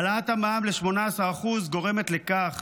העלאת המע"מ ל-18% גורמת לכך